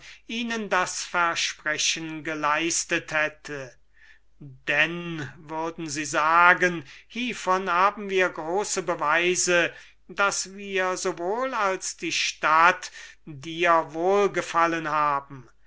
ihnen dies versprechen geleistet hätte denn würden sie sagen hiervon haben wir große beweise daß wir sowohl als die stadt dir wohlgefallen haben